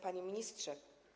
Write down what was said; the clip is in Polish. Panie Ministrze!